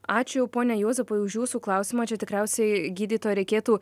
ačiū pone juozai už jūsų klausimą čia tikriausiai gydytoja reikėtų